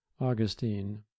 Augustine